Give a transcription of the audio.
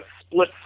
split